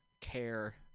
care